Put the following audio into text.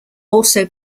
also